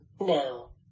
now